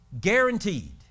guaranteed